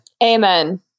Amen